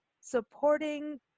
supporting